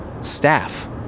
staff